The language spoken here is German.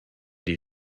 die